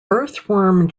earthworm